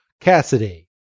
Cassidy